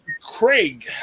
Craig